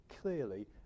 clearly